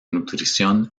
nutrición